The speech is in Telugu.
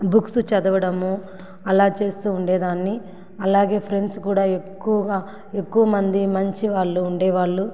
బుక్స్ చదవడము అలా చేస్తూ ఉండేదాన్ని అలాగే ఫ్రెండ్స్ కూడా ఎక్కువగా ఎక్కువ మంది మంచివాళ్ళు ఉండేవాళ్ళు